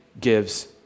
gives